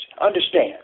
Understand